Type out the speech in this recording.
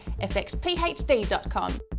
fxphd.com